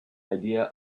idea